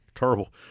Terrible